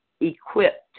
equipped